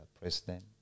president